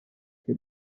che